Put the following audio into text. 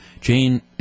Jane